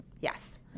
yes